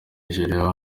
nigeria